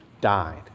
died